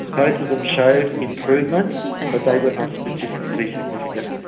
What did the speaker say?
both of them showed improvement but they were not statistically significant.